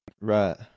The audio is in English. right